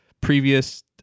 previous